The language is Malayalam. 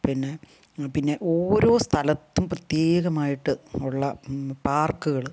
പിന്നെ പിന്നെ ഓരോ സ്ഥലത്തും പ്രത്യേകമായിട്ട് ഉള്ള പാർക്കുകൾ